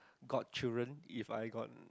godchildren if I got